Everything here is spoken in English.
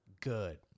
good